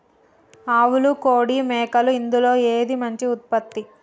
ఆవులు కోడి మేకలు ఇందులో ఏది మంచి ఉత్పత్తి?